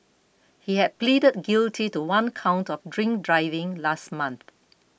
he had pleaded guilty to one count of drink driving last month